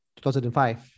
2005